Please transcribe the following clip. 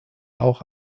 auch